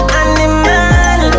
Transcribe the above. animal